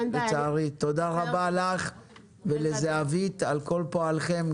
תודה רבה לך ולזהבית על כל פועלכן,